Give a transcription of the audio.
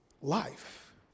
life